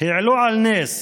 העלו על נס